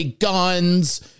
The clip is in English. guns